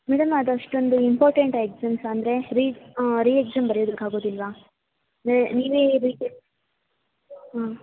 madam ಅದು ಅಷ್ಟೊಂದು important ಎಕ್ಸಾಮ್ಸಾ ಅಂದರೆ ರೀ ರೀಎಕ್ಸಾಮ್ ಬರೆಯೋದಿಕ್ಕಾಗೊದಿಲ್ವಾ ನೀವೇ ಹಾಂ